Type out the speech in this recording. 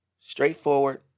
Straightforward